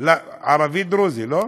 ערבי דרוזי, לא?